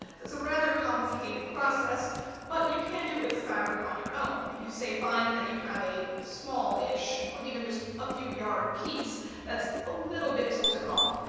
it's a rather complicated process but you can do with the fabric on your own. if you say find that you have a smallish or even just a few yard piece that's a little bit tilted off,